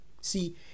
See